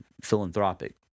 philanthropic